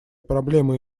проблемы